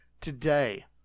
today